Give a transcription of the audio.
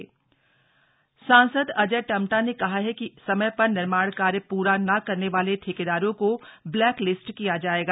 सांसद अजय टम्टा सांसद अजय टम्टा ने कहा है कि समय पर निर्माण कार्य प्रा न करने वाले ठेकेदारों को ब्लैक लिस्ट किया जाएगा